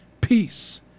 peace